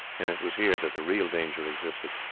and it was here that the real danger existed.